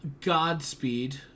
godspeed